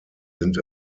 sind